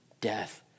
Death